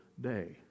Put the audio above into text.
day